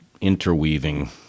interweaving